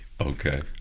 Okay